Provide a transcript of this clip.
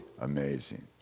amazing